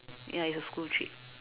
ya it's a school trip